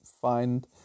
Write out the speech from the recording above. find